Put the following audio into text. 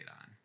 on